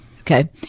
Okay